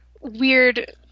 Weird